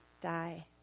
die